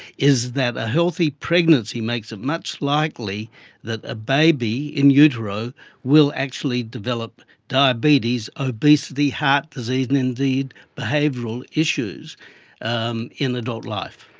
is that a healthy pregnancy makes it much likely that a baby in utero will actually develop diabetes, obesity, heart disease, and indeed behavioural issues um in adult life.